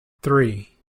three